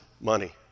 money